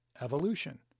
evolution